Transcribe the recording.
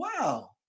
Wow